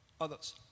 others